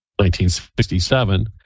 1967